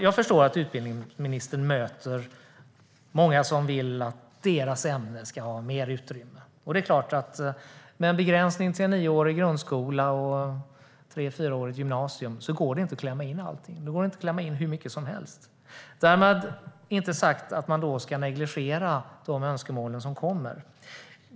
Jag förstår att utbildningsministern möter många som vill att deras ämne ska ha mer utrymme, och det är klart att med en begränsning till en nioårig grundskola och ett gymnasium på tre fyra år går det inte att klämma in hur mycket som helst. Därmed inte sagt att man ska negligera de önskemål som kommer.